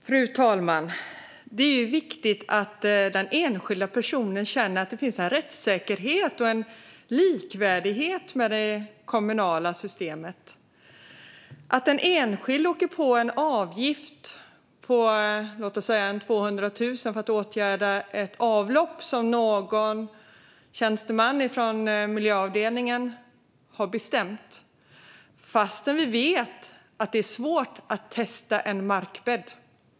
Fru talman! Det är viktigt att den enskilda personen känner att det finns en rättssäkerhet och en likvärdighet med det kommunala systemet. I dag kan den enskilde åka på en avgift på låt oss säga 200 000 för att åtgärda ett avlopp som någon tjänsteman från miljöavdelningen har bestämt, trots att vi vet att det är svårt att testa en markbädd.